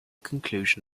conclusion